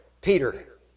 Peter